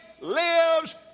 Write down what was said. lives